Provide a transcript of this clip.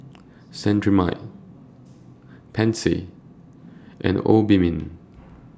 Cetrimide Pansy and Obimin